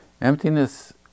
Emptiness